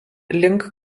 link